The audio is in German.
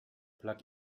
plug